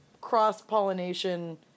cross-pollination